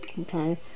Okay